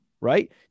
right